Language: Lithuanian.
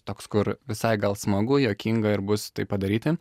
toks kur visai gal smagu juokinga ir bus tai padaryti